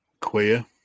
queer